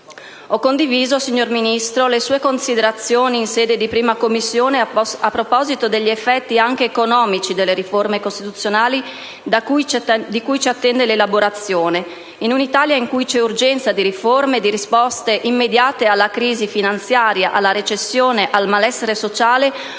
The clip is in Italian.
Ho condiviso, signor Ministro, le sue considerazioni in seno alla 1a Commissione a proposito degli effetti anche economici delle riforme costituzionali di cui ci attende l'elaborazione. In un'Italia in cui c'è urgenza di riforme, di risposte immediate alla crisi finanziaria, alla recessione, al malessere sociale,